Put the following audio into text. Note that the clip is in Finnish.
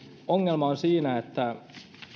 ongelma on siinä että